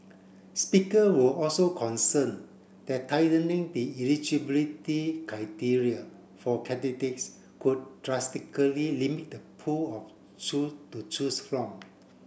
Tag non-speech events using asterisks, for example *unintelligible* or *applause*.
speaker were also concerned that tightening the eligibility criteria for candidates could drastically limit the pool *unintelligible* to choose from